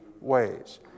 ways